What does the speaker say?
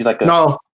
No